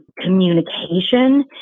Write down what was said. communication